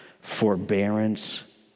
forbearance